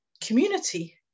community